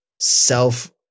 self